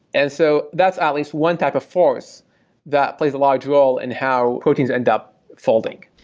and so that's at least one type of force that plays a large role in how proteins end up folding.